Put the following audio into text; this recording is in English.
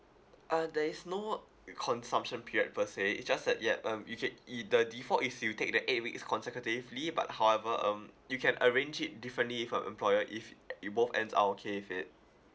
uh there is no consumption period per se it's just that yup um you can e~ the default if you take the eight weeks consecutively but however um you can arrange it differently with your employer if it both ends out okay with it